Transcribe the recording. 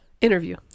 Interview